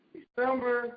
December